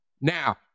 Now